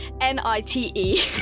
N-I-T-E